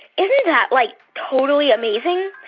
isn't that, like, totally amazing?